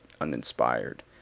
uninspired